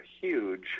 huge